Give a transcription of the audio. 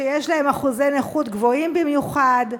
שיש להם אחוזי נכות גבוהים במיוחד,